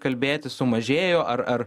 kalbėti sumažėjo ar ar